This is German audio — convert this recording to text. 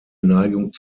neigung